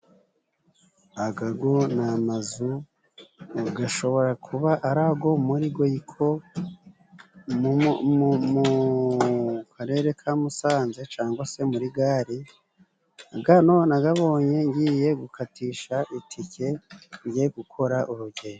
Aya yo ni amazu ashobora kuba ari ayo muri goyiko, mu Karere ka Musanze, cyangwa se muri gare. Ano nayabonye ngiye gukatisha itike, ngiye gukora urugendo.